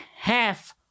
half